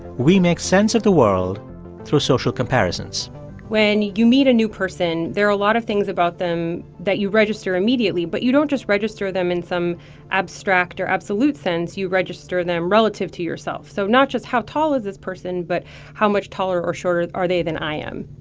we make sense of the world through social comparisons when you meet a new person, there're a lot of things about them that you register immediately. but you don't just register them in some abstract or absolute sense. you register them relative to yourself. so not just how tall is this person, but how much taller or shorter are they than i am?